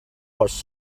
was